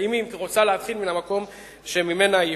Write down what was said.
אם היא רוצה להתחיל מהמקום שבו היא הפסיקה.